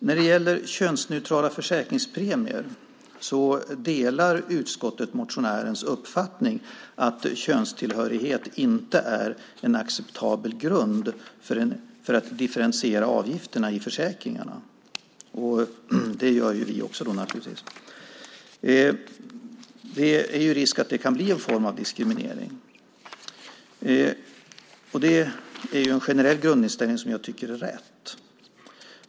När det gäller könsneutrala försäkringspremier delar utskottet motionärens uppfattning att könstillhörighet inte är en acceptabel grund för att differentiera avgifterna i försäkringarna. Det finns risk att det blir en form av diskriminering. Det är en generell grundinställning som jag tycker är rätt.